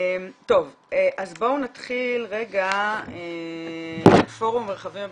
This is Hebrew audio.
בואו נתחיל עם פורום המרחבים הבטוחים.